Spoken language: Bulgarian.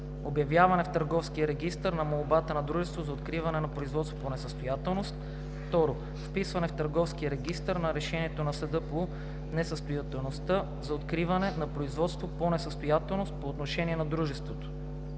обявяване в Търговския регистър на молбата на дружеството за откриване на производство по несъстоятелност; 2. вписване в Търговския регистър на решението на съда по несъстоятелността за откриване на производство по несъстоятелност по отношение на дружеството.“